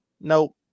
nope